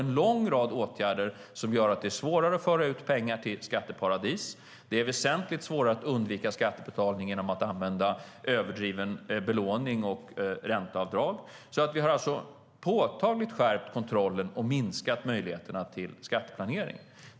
En lång rad åtgärder gör att det är svårare att föra ut pengar till skatteparadis. Det är väsentligt svårare att undvika skattebetalning genom överdriven belåning och ränteavdrag. Vi har alltså skärpt kontrollen och minskat möjligheterna till skatteplanering.